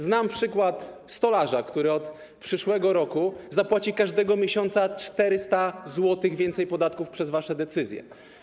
Znam przykład stolarza, który od przyszłego roku zapłaci każdego miesiąca 400 zł więcej podatków przez wasze decyzje.